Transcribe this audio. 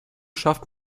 schafft